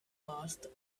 asked